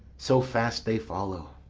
so fast they follow